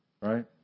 right